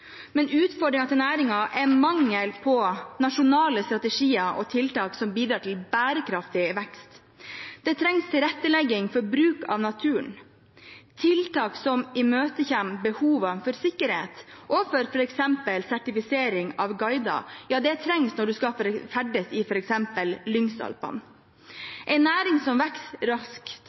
men utfordringen til næringen er mangel på nasjonale strategier og tiltak som bidrar til bærekraftig vekst. Det trengs tilrettelegging for bruk av naturen, tiltak som imøtekommer behovene for sikkerhet og for f.eks. sertifisering av guider – ja, det trengs når man skal ferdes i f.eks. Lyngsalpene. En næring som vokser raskt,